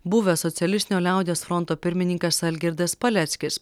buvęs socialistinio liaudies fronto pirmininkas algirdas paleckis